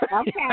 Okay